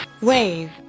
Wave